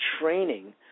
training